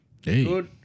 Good